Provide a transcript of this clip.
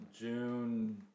June